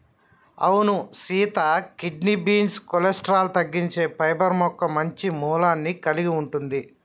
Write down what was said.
అవును సీత kidney beans cholesterol తగ్గించే పైబర్ మొక్క మంచి మూలాన్ని కలిగి ఉంటుంది